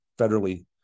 federally